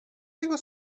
tego